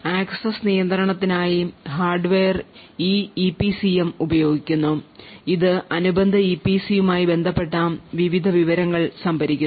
access നിയന്ത്രണത്തിനായി hardware ഈ EPCM ഉപയോഗിക്കുന്നു അത് അനുബന്ധ ഇപിസിയുമായി ബന്ധപ്പെട്ട വിവിധ വിവരങ്ങൾ സംഭരിക്കുന്നു